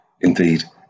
Indeed